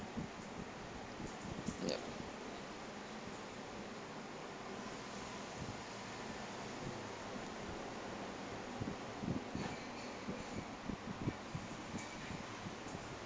yup